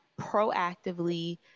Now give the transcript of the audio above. proactively